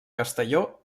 castelló